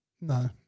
No